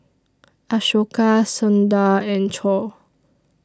Ashoka Sundar and Choor